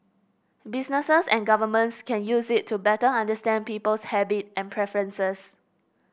businesses and governments can use it to better understand people's habit and preferences